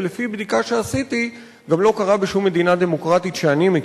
ולפי בדיקה שעשיתי גם לא קרה בשום מדינה דמוקרטית שאני מכיר.